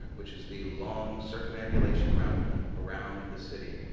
which is the long circumambulation route around the city.